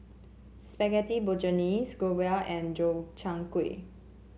Spaghetti Bolognese Gyros and Gobchang Gui